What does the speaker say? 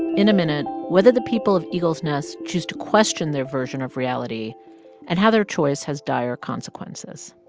in a minute, whether the people of eagle's nest choose to question their version of reality and how their choice has dire consequences.